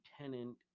Lieutenant